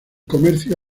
comercio